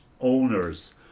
owners